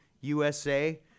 USA